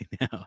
now